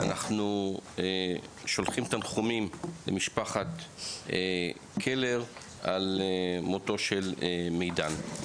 אנחנו שולחים תנחומים למשפחת קלר על מותו של מידן.